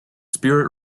spirit